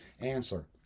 answer